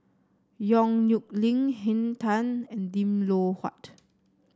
Yong Nyuk Lin Henn Tan and Lim Loh Huat